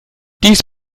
dies